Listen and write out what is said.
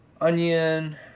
onion